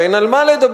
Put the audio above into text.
ואין על מה לדבר,